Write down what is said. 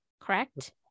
Correct